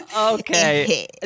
Okay